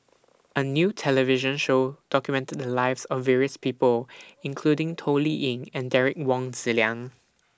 A New television Show documented The Lives of various People including Toh Liying and Derek Wong Zi Liang